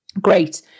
great